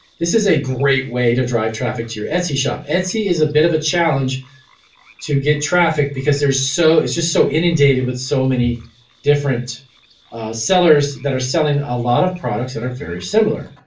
this is a great way to drive traffic to your etsy shop. etsy is a bit of a challenge to get traffic because so it's just so inundated with so many different sellers that are selling a lot of products that are very similar.